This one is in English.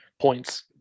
points